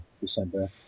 December